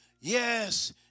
Yes